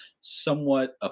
somewhat